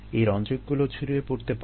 এই রঞ্জকগুলো ছড়িয়ে পড়তে পারে